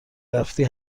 رفتی